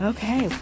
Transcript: Okay